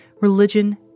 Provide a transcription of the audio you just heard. religion